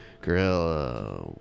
Gorilla